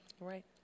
Right